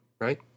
right